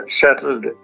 settled